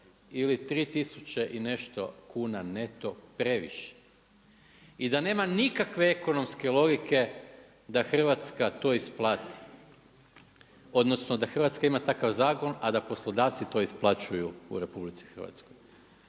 ili 3 tisuće i nešto kuna neto previše. I da nema nikakve ekonomske logike da Hrvatska to isplati odnosno da Hrvatska ima takav zakon a da poslodavci to isplaćuju u RH. Kao